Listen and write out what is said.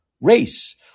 race